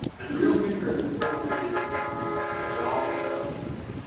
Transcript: and the real kicker of this whole thing is that all this stuff should be free.